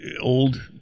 old